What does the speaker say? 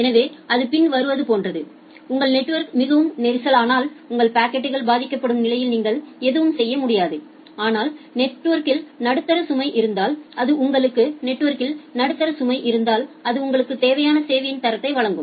எனவே அது பின் வருவது போன்றது உங்கள் நெட்வொர்க் மிகவும் நெரிசலானால் உங்கள் பாக்கெட்கள் பாதிக்கப்படும் நிலையில் நீங்கள் எதுவும் செய்ய முடியாது ஆனால் நெட்வொர்க்கில் நடுத்தர சுமை இருந்தால் அது உங்களுக்கு தேவையான சேவையின் தரத்தை வழங்கும்